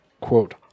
quote